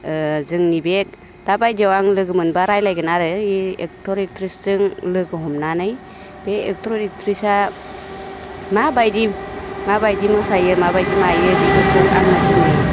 ओ जोंनि बे दाबायदियाव आं लोगोमोनब्ला रायज्लायगोन आरो ए एक्टर एक्ट्रेसजों लोगो हमनानै बे एक्टर एक्ट्रेसा माबायदि माबायदि मोसायो माबायदि मायो बेफोरखौ आङो दिनै